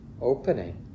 opening